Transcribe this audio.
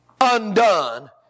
undone